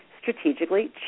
strategically